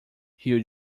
rio